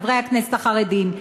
חברי הכנסת החרדים,